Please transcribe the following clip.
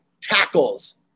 tackles